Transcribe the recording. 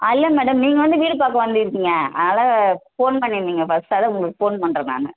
இல்ல மேடம் நீங்கள் வந்து வீடு பார்க்க வந்திருப்பீங்க அதனால் ஃபோன் பண்ணிருந்தீங்க ஃபஸ்ட் அதுதான் உங்களுக்கு ஃபோன் பண்ணுறேன் நாங்கள்